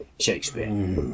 Shakespeare